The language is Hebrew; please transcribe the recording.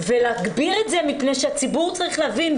ולהגביר את זה מפני שהציבור צריך להבין.